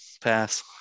Pass